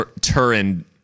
Turin